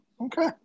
Okay